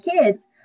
kids